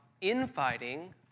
infighting